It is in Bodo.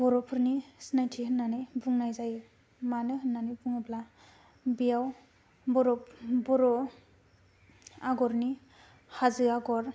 बर'फोरनि सिनायथि होननानै बुंनाय जायो मानो होननानै बुंङोब्ला बेयाव बर' बर' आगरनि हाजो आगर